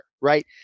right